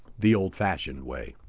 the old fashioned way.